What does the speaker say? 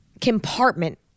compartment